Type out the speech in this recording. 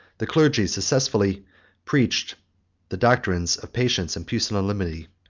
the clergy successfully preached the doctrines of patience and pusillanimity